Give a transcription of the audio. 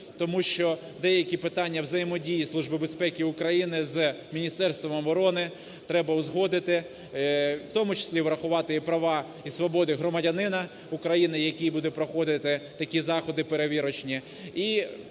тому що деякі питання взаємодії Служби безпеки України з Міністерством оборони треба узгодити, в тому числі врахувати права і свободи громадянина України, який буде проходити такі заходити перевірочні